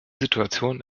situation